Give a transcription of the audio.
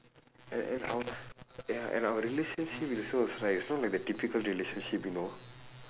and and our ya and our relationship is also it's like it's not like a typical relationship you know